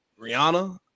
Rihanna